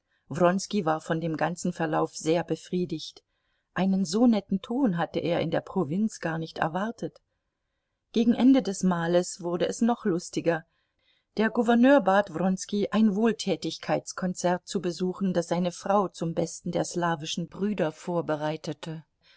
war von dem ganzen verlauf sehr befriedigt einen so netten ton hatte er in der provinz gar nicht erwartet gegen ende des mahles wurde es noch lustiger der gouverneur bat wronski ein wohltätigkeitskonzert zu besuchen das seine frau zum besten der slawischen brüder vorbereite